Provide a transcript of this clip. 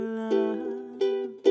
love